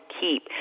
keep